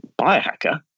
Biohacker